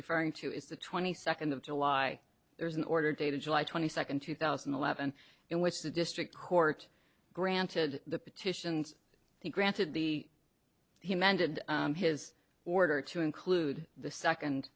referring to is the twenty second of july there's an order dated july twenty second two thousand and eleven in which the district court granted the petitions he granted the he amended his order to include the second